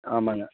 ஆமாங்க